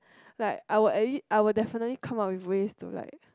like I will at lea~ I will definitely come out with ways to like